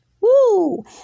Woo